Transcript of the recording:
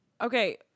Okay